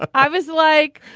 i was like,